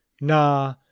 nah